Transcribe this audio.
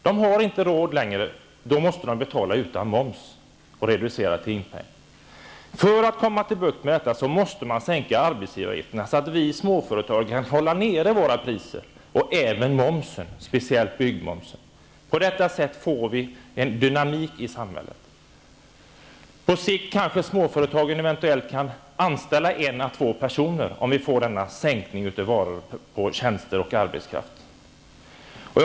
De har inte längre råd, utan de måste betala utan moms och reducera timpenningen. För att få bukt med detta måste man sänka arbetsgivaravgifterna så att vi småföretagare kan hålla nere våra priser och även momsen, särskilt byggmomsen. På detta sätt skulle vi få en dynamik i samhället. Om vi får denna sänkning när det gäller varor, tjänster och arbetskraft skulle småföretagen på sikt kanske kunna anställa en eller två personer.